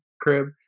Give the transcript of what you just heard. crib